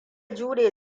jure